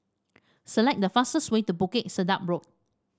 select the fastest way to Bukit Sedap Road